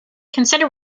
consider